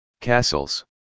castles